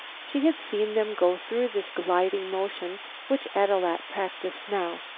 she had seen them go through this gliding motion which ad-loo-at practiced now.